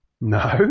No